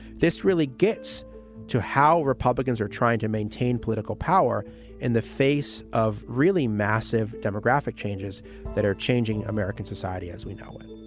this really gets to how republicans are trying to maintain political power in the face of really massive demographic changes that are changing american society as we know it